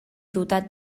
dotat